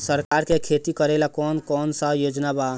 सरकार के खेती करेला कौन कौनसा योजना बा?